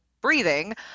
breathing